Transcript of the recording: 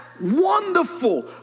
wonderful